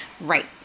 Right